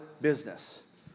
business